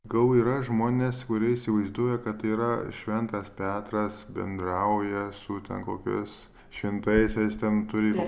gal yra žmonės kurie įsivaizduoja kad tai yra šventas petras bendrauja su ten kokiais šventaisiais ten turi